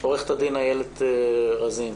עורכת הדין איילת רזין,